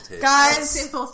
Guys